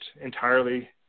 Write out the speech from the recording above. entirely